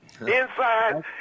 Inside